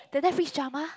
the Netflix drama